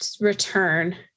return